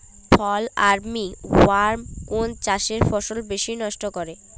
ফল armyworm কোন চাষের ফসল বেশি নষ্ট করে?